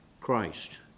Christ